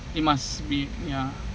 it must be ya